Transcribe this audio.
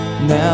Now